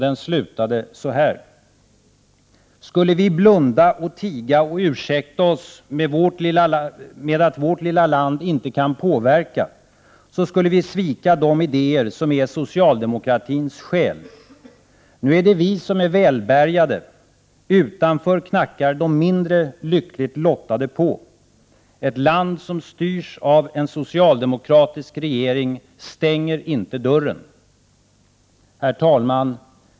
Den slutade: ”Skulle vi nu blunda och tiga och ursäkta oss med att vårt lilla land inte kan påverka, då skulle vi svika de idéer som är socialdemokratins själ. Nu är det vi som är välbärgade. Utanför knackar de mindre lyckligt lottade på. Ett land som styrs av en socialdemokratisk regering, stänger inte dörren!” Herr talman!